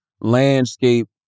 landscape